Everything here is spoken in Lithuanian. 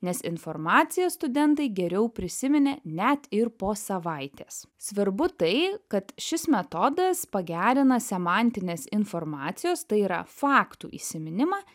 nes informaciją studentai geriau prisiminė net ir po savaitės svarbu tai kad šis metodas pagerina semantinės informacijos tai yra faktų įsiminimą